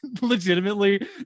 legitimately